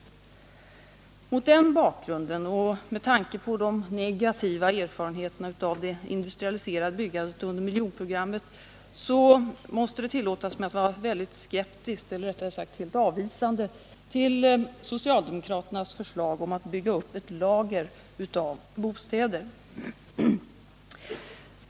Mot den bakgrunden och med tanke på de negativa erfarenheterna av det industrialiserade byggandet under miljonprogrammet måste det tillåtas mig att vara väldigt skeptisk eller rättare sagt helt avvisande till socialdemokraternas förslag om att bygga upp ett lager av bostäder.